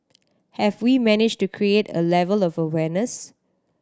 have we managed to create a level of awareness